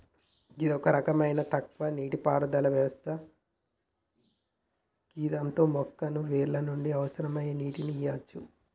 గిది ఒక రకమైన తక్కువ నీటిపారుదల వ్యవస్థ గిదాంతో మొక్కకు వేర్ల నుండి అవసరమయ్యే నీటిని ఇయ్యవచ్చు